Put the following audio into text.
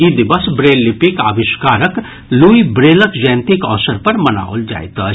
ई दिवस ब्रेल लिपिक अविष्कारक लुई ब्रेलक जयंतीक अवसर पर मनाओल जाइत अछि